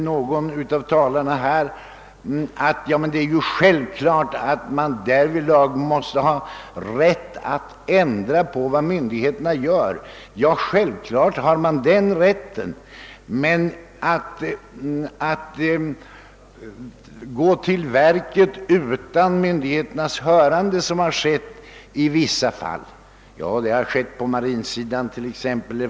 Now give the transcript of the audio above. Någon av talarna sade att det är självklart, att man därvidlag måste ha rätt att ändra på vad myndigheterna gör. Ja, självklart finns den rätten. I vissa fall har man emellertid gått till verket utar myndigheternas hörande, exempelvis inom marinen.